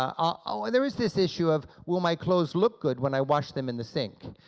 ah ah and there is this issue of, will my clothes look good when i wash them in the sink?